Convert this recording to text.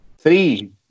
Three